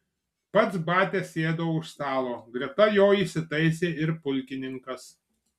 pats batia sėdo už stalo greta jo įsitaisė ir pulkininkas